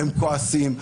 הם כועסים.